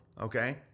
okay